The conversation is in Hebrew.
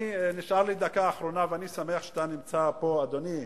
נשאלה לי דקה אחרונה ואני שמח שאתה נמצא פה אדוני,